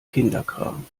kinderkram